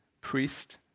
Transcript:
priest